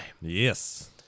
Yes